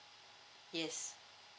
yes